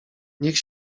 niech